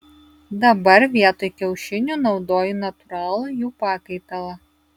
dabar vietoj kiaušinių naudoju natūralų jų pakaitalą